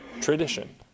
tradition